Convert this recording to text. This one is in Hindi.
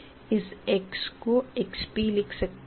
इस x को xpलिख सकते हैं